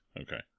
Okay